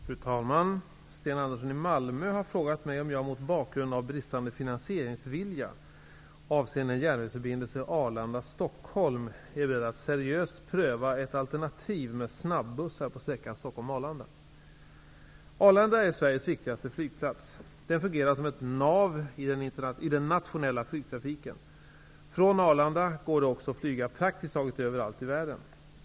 Fru talman! Sten Andersson i Malmö har frågat mig om jag mot bakgrund av bristande finansieringsvilja avseende en järnvägsförbindelse Arlanda--Stockholm är beredd att seriöst pröva ett alternativ med snabbussar på sträckan Stockholm-- Arlanda är Sveriges viktigaste flygplats. Den fungerar som ett nav i den nationella flygtrafiken. Från Arlanda går det också att flyga praktiskt taget överallt i världen.